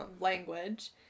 Language